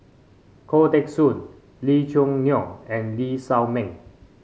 Khoo Teng Soon Lee Choo Neo and Lee Shao Meng